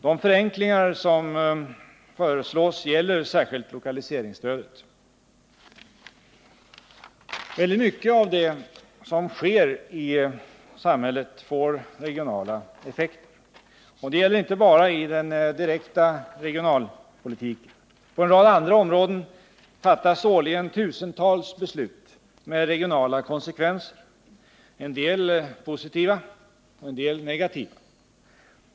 De förenklingar som föreslås gäller särskilt lokaliseringsstödet. Väldigt mycket av det som sker i samhället får regionala effekter. Det gäller inte bara i den direkta regionalpolitiken. På en rad andra områden fattas årligen tusentals beslut med regionala konsekvenser, en del positiva, en del negativa.